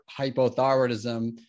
hypothyroidism